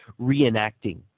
reenacting